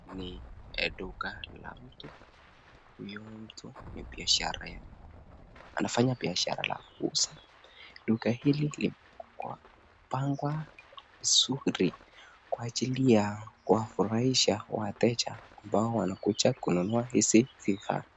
Ni duka la mtu, huyu mtu anafanya biashara la kuuza, duka hili limepangwa vizuri kwa ajili ya kuwafurahisha wateja ambao wanakuja kununua hizi vifaa.